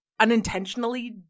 unintentionally